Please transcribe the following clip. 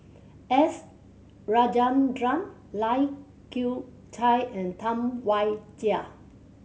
S Rajendran Lai Kew Chai and Tam Wai Jia